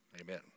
Amen